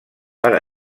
per